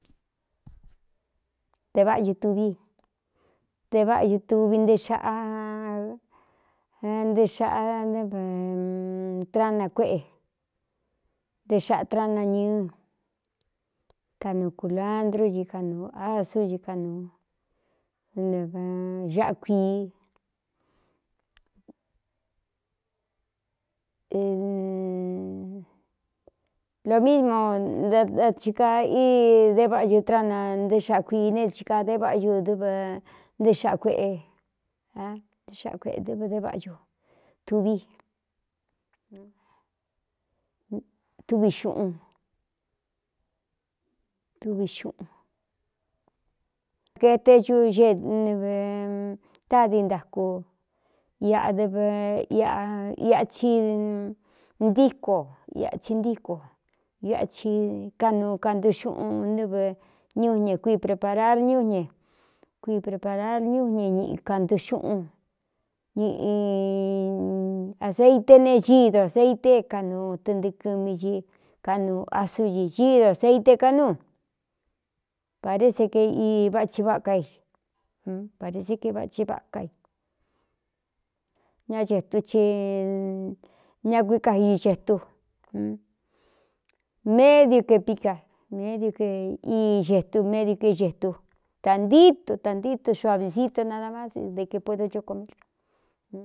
Teváꞌautvi deváꞌa u tuvi né xaꞌa nté xaꞌa trána kuéꞌe nté xāꞌa trána ñɨɨ kanuu cūlandrú ci kanuu asúɨ anomísmo aa chíkaa í dé vaꞌañu trána nté xaꞌa kuii ne híkaa dé váꞌñu dɨvɨ ntéé xaꞌa kuꞌe ntéé xaꞌa kueꞌe dɨv d váꞌañu tuvitvi xꞌntvi xꞌunkaete cu ev tádi ntaku ñaꞌchi ntíko ñaci ntíko ñachi kaꞌnuu kantu xuꞌun nɨvɨ ñúñe kui preparar ñúñe kui preparar ñújña ñ kantu xuꞌun ñꞌ aceite ne gíido aseite é kaꞌnuu tɨɨntɨ kɨmi ci kaꞌnuu á súdi gído aseite ká núu paré se ke vaꞌchi váꞌka i pare se kéi vaci váka i ña chetu ci ña kuíkaiu chetu médiu kepíca médiu ke íi xetu médiu ké ixetu tāntíítu tantítu xu avi sito nada mádi de ki puedochoko míil.